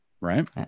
Right